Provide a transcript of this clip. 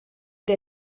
der